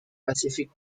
pacific